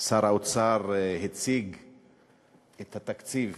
שר האוצר הציג את התקציב,